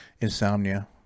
Insomnia